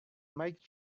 mike